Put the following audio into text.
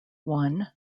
one